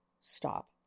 stop